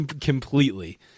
Completely